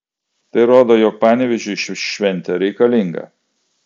tai rodo jog panevėžiui ši šventė reikalinga